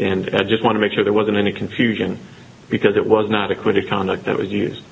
and i just want to make sure there wasn't any confusion because it was not acquitted conduct that was used